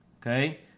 okay